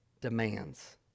demands